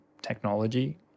technology